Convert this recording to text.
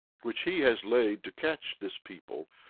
which he has laid to catch this people,